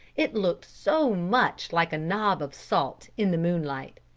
it looked so much like a knob of salt in the moonlight.